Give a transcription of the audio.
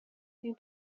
این